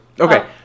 Okay